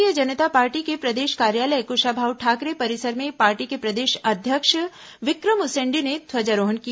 भारतीय जनता पार्टी के प्रदेष कार्यालय कुषाभाऊ ठाकरे परिसर में पार्टी के प्रदेष अध्यक्ष विक्रम उसेंडी ने ध्वजारोहण किया